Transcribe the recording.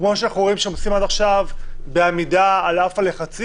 כמו שאנחנו רואים שהם עושים עד עכשיו בעמידה על אף הלחצים,